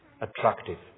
attractive